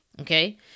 Okay